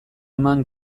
eman